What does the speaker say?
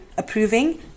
approving